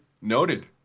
Noted